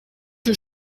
que